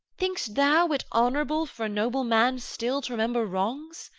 think'st thou it honourable for a noble man still to remember wrongs